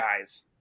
guys